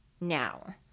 now